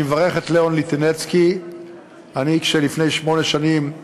אני מאוד מאוד התרשמתי כל הזמן מהעבודה המשותפת אתו.